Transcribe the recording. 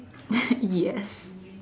yes